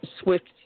Swift